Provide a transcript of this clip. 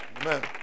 Amen